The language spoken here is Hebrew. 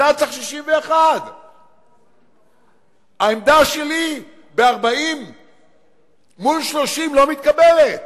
אתה צריך 61. העמדה שלי ב-40 מול 30 לא מתקבלת,